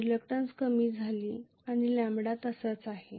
reluctance कमी झाली आहे लॅम्बडा तसाच आहे